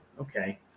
okay